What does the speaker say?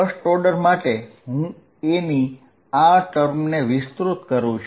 first order માટે હું a ની આ ટર્મને વિસ્તૃત કરું છું